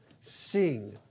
sing